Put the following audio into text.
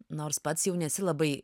nors pats jau nesi labai